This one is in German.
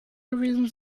gewesen